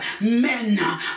Men